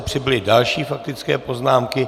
Přibyly další faktické poznámky.